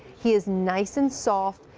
he is nice and soft.